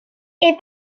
est